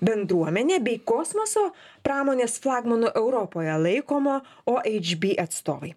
bendruomenė bei kosmoso pramonės flagmanu europoje laikomo ohb atstovai